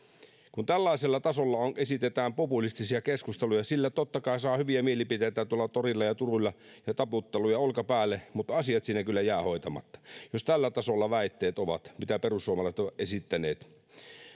kun tällaisella tasolla esitetään populistisia keskusteluja sillä totta kai saa hyviä mielipiteitä tuolla toreilla ja turuilla ja taputteluja olkapäälle mutta asiat siinä kyllä jäävät hoitamatta jos tällä tasolla väitteet ovat mitä perussuomalaiset ovat esittäneet